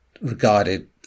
regarded